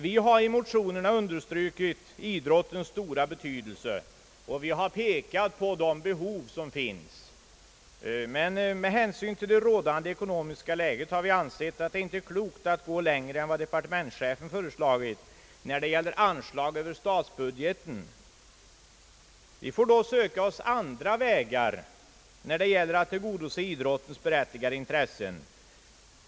Vi har i motionen understrukit idrottens stora betydelse och pekat på de behov som finns, men med hänsyn till det rådande ekonomiska läget har vi ansett att det är klokt att inte gå längre än vad departementschefen föreslagit när det gäller anslag över statsbudgeten. Vi får då söka oss andra vägar när det gäller att tillgodose idrottens berättigade intressen.